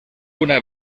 una